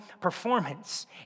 performance